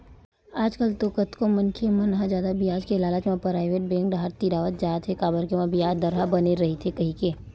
आजकल तो कतको मनखे मन ह जादा बियाज के लालच म पराइवेट बेंक डाहर तिरावत जात हे काबर के ओमा बियाज दर ह बने रहिथे कहिके